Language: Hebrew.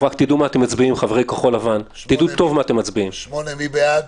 28. מי בעד